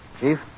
Chief